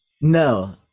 No